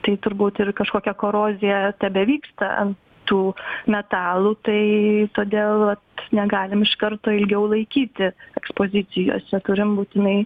tai turbūt ir kažkokia korozija tebevyksta an tų metalų tai todėl negalim iš karto ilgiau laikyti ekspozicijose turim būtinai